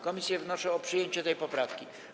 Komisje wnoszą o przyjęcie tej poprawki.